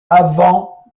avant